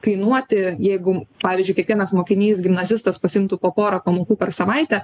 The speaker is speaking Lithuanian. kainuoti jeigu pavyzdžiui kiekvienas mokinys gimnazistas pasiimtų po porą pamokų per savaitę